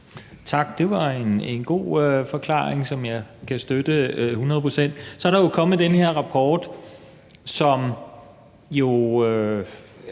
Tak. Det var en god forklaring, som jeg kan støtte hundrede procent. Så er der jo kommet den her rapport, som er